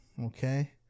Okay